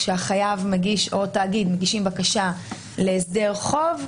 כאשר החייב או תאגיד מגישים בקשה להסדר טוב,